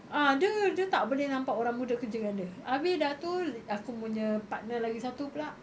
ah dia dia tak boleh nampak orang muda kerja dengan dia abeh dah tu aku punya partner lagi satu pula